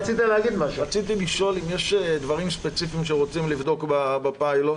רציתי לשאול אם יש דברים ספציפיים שרוצים לבדוק בפיילוט,